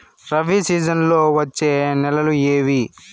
రబి సీజన్లలో వచ్చే నెలలు ఏవి?